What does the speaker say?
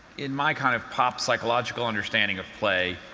in my kind of pop psychological understanding of play,